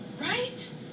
Right